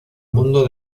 mundo